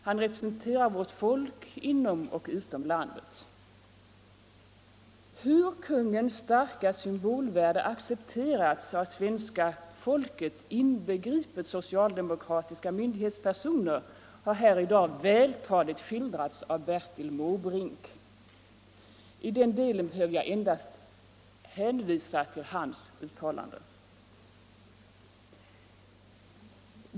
Han representerar vårt folk inom och utom landet. Hur kungens starka symbolvärde accepterats av svenska folket, inbegripet socialdemokratiska myndighetspersoner, har här i dag vältaligt skildrats av Bertil Måbrink. I den delen behöver jag endast hänvisa till hans uttalanden.